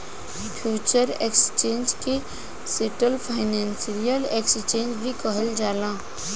future exchange के central financial exchange भी कहल जाला